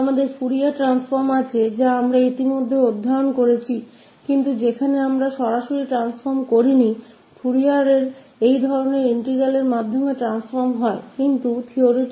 हमारे पास फूरियर रूपांतरण है जिसका हम पहले ही अध्ययन कर चुके हैं लेकिन वहां हमने सीधे ट्रांसफार्म का परिचय नहीं दिया ऐसे इंटीग्रल के माध्यम से फूरियर रूपांतरण